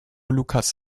lucas